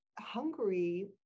Hungary